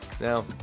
Now